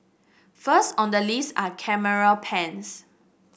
first on the list are camera pens